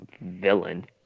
villain